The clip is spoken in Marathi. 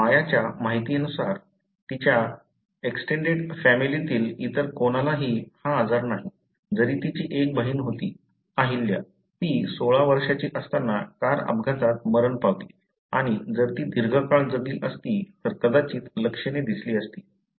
मायाच्या माहितीनुसार तिच्या एक्सटेंडेड फॅमिली तील इतर कोणालाही हा आजार नाही जरी तिची एक बहीण होती अहिल्या ती 16 वर्षांची असताना कार अपघातात मरण पावली आणि जर ती दीर्घकाळ जगली असती तर कदाचित लक्षणे दिसली असती